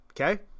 okay